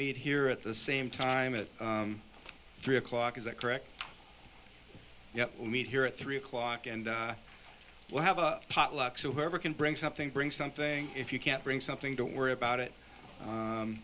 meet here at the same time it three o'clock is that correct yeah we meet here at three o'clock and we'll have a potluck so whoever can bring something bring something if you can bring something to worry about it